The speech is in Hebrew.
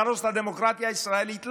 להרוס את הדמוקרטיה הישראלית?